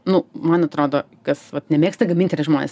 nu man atrodo kas vat nemėgsta gamint yra žmonės